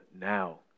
now